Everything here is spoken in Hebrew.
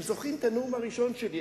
אתם זוכרים את הנאום הראשון שלי,